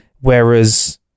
Whereas